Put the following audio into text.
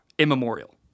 immemorial